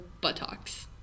buttocks